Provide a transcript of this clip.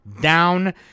down